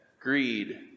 greed